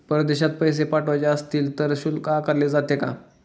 परदेशात पैसे पाठवायचे असतील तर शुल्क कसे आकारले जाते?